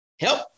help